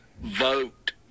Vote